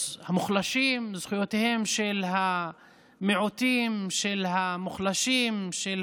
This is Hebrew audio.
המוחלשים, זכויותיהם של המיעוטים, של המוחלשים, של